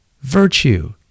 Virtue